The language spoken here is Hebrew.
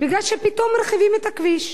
מפני שפתאום מרחיבים את הכביש.